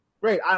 great